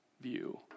view